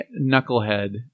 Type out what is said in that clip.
knucklehead